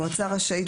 המועצה רשאית,